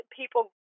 people